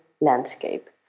landscape